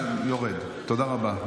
תודה רבה.